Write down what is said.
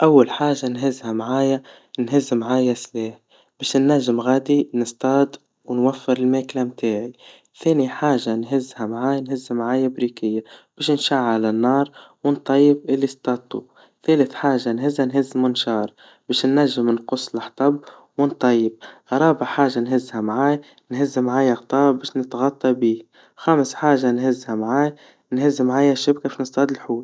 أول حاجة نهزها معايا, نهز معايا سلاح, منشان ناجم غادي نصطاد, ونوفر الماكلا متاعي, ثاني حاجا نهزها معايا نهز معايا بريكير, منشان نشعل النار ونطيب اللي اصطادته, ثالث حاجا نهزها, نهز منشار, منشان ننجم نقص الحطب ونطيب, رابع حاجا نهزها معاي, نهز معايا غطا باش نطغطى بيه, خامس حاجا نهزها معاي, نهز معايا شبكا باش نصطاد الحوت.